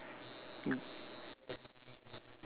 ya